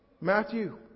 Matthew